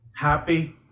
happy